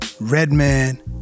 Redman